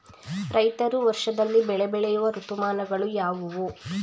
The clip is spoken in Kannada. ರೈತರು ವರ್ಷದಲ್ಲಿ ಬೆಳೆ ಬೆಳೆಯುವ ಋತುಮಾನಗಳು ಯಾವುವು?